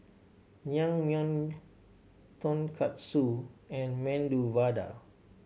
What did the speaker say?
Naengmyeon Tonkatsu and Medu Vada